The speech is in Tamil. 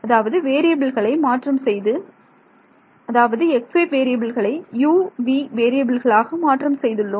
அதாவது வேறியபில்களை மாற்றம் செய்து அதாவது x y வேறியபில்களை u v வேறியபில்களாக மாற்றம் செய்துள்ளோம்